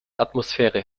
atmosphäre